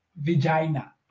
Vagina